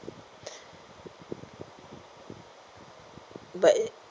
but